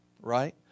right